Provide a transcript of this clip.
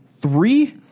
three